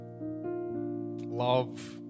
love